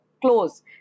close